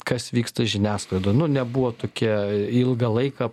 kas vyksta žiniasklaidoj nu nebuvo tokie ilgą laiką